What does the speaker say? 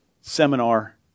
seminar